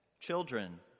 Children